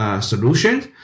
solutions